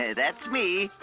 ah that's me.